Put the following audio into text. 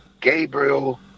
Gabriel